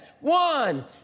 one